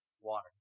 water